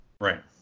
Right